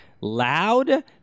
Loud